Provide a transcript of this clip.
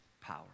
power